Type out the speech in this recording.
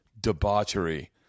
debauchery